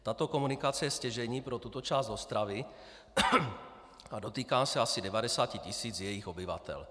Tato komunikace je stěžejní pro tuto část Ostravy a dotýká se asi 90 tisíc jejích obyvatel.